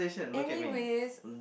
anyways